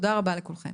תודה רבה לכולכן.